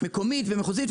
מקומית ומחוזית,